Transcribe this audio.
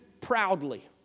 proudly